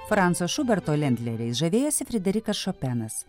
franco šuberto lendleriais žavėjosi frederikas šopenas